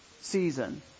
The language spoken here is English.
season